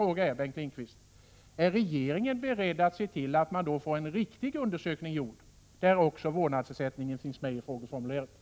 Min fråga är då, Bengt Lindqvist: Är regeringen beredd att se till att man får en riktig undersökning gjord, där också vårdnadsersättningen finns med i frågeformuleringen?